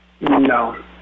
No